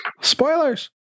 spoilers